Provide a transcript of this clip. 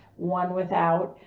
one without,